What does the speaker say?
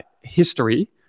history